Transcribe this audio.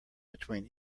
between